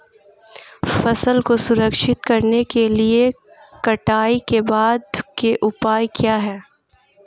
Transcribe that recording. फसल को संरक्षित करने के लिए कटाई के बाद के उपाय क्या हैं?